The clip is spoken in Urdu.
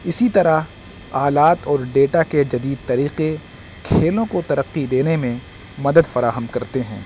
اسی طرح آلات اور ڈیٹا کے جدید طریقے کھیلوں کو ترقی دینے میں مدد فراہم کرتے ہیں